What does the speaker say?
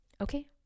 Okay